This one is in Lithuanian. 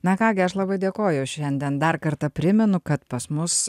na ką gi aš labai dėkoju šiandien dar kartą primenu kad pas mus